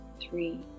three